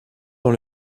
dans